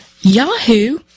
Yahoo